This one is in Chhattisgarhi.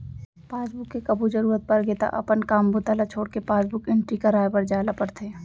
पासबुक के कभू जरूरत परगे त अपन काम बूता ल छोड़के पासबुक एंटरी कराए बर जाए ल परथे